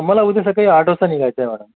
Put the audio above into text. मला उद्या सकाळी आठ वाजता निघायचं आहे मॅडम